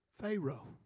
Pharaoh